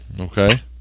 Okay